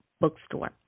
bookstore